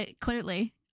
Clearly